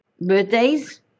birthdays